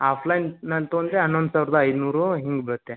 ಆಫ್ಲೈನ್ನಲ್ಲಿ ತಗೊಂಡ್ರೆ ಹನ್ನೊಂದು ಸಾವಿರದ ಐನೂರು ಹಿಂಗೆ ಬೀಳುತ್ತೆ